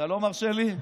אתה לא מרשה לי?